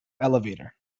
elevator